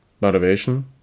Motivation